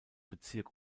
bezirk